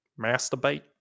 masturbate